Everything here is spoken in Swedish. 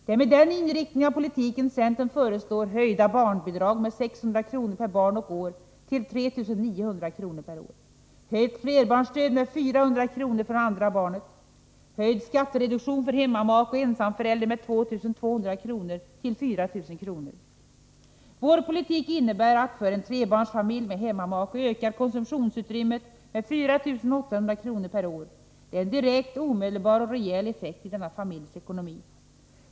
Det är med den inriktningen av politiken som centern föreslår höjda barnbidag med 600 kr. år, höjt flerbarnsstöd med 400 kr. från andra barnet och höjd skattereduktion för hemmamake' och ensamförälder med 2 200 kr. till 4000 kr. Vår politik innebär att konsumtionsutrymmet för en trebarnsfamilj med hemmamake ökar med 4 800 kr/år. Det är en direkt, omedelbar och rejäl effekt i denna familjs ekonomi.